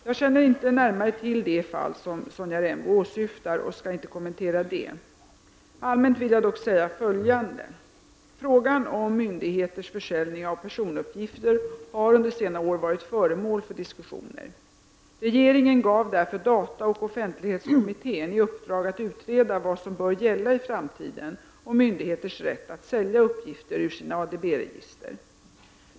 Jag känner inte närmare till det fall som Sonja Rembo åsyftar och skall inte kommentera det. Allmänt vill jag dock säga följande. Frågan om myndigheters försäljning av personuppgifter har under senare år varit föremål för diskussioner. Regeringen gav därför dataoch offentlighetskommittén i uppdrag att utreda vad som bör gälla i framtiden om myndigheters rätt att sälja uppgifter ur sina ADB-register.